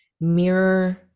mirror